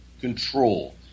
control